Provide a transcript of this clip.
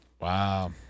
Wow